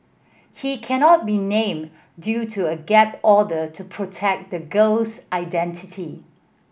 he cannot be named due to a gag order to protect the girl's identity